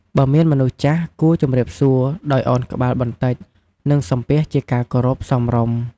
បើមានមនុស្សចាស់គួរជំរាបសួរដោយអោនក្បាលបន្តិច និង សំពះជាការគោរពសមរម្យ។